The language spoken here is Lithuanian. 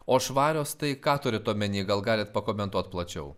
o švarios tai ką turit omeny gal galit pakomentuot plačiau